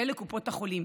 ואלה קופות החולים,